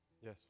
Yes